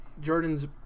Jordan's